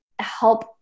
help